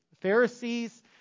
Pharisees